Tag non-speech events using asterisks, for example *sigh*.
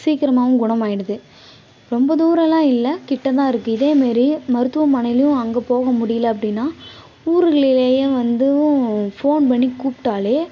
சீக்கிரமாகவும் குணமாகிடுது ரொம்ப தூரலாம் இல்லை கிட்டே தான் இருக்குது இதேமாரி மருத்துவமனைலயும் அங்கே போக முடியல அப்படின்னா ஊரிலேயும் *unintelligible* வந்துவும் ஃபோன் பண்ணி கூப்பிடாலே